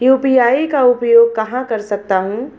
मैं यू.पी.आई का उपयोग कहां कर सकता हूं?